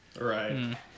Right